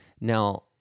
Now